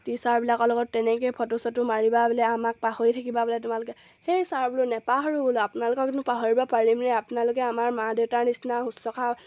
টিচাৰবিলাকৰ লগত তেনেকৈয়ে ফটো চটো মাৰিবা বোলে আমাক পাহৰি থাকিবা বোলে তোমালোকে হেই ছাৰ বোলো নাপাহৰো বোলো আপোনালোককনো পাহৰিব পাৰিমনে আপোনালোকে আমাৰ মা দেউতাৰ নিচিনা শুশ্ৰূষা